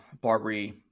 Barbary